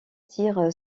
tire